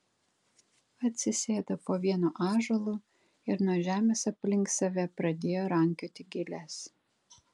atsisėdo po vienu ąžuolu ir nuo žemės aplink save pradėjo rankioti giles